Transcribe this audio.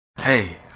Hey